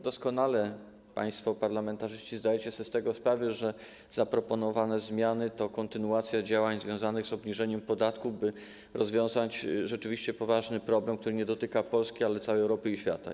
Doskonale państwo parlamentarzyści zdajecie sobie z tego sprawę, że zaproponowane zmiany to kontynuacja działań związanych z obniżeniem podatku, by rozwiązać rzeczywiście poważny problem, który nie dotyka tylko Polski, ale całej Europy i świata.